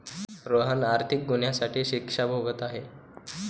रोहन आर्थिक गुन्ह्यासाठी शिक्षा भोगत आहे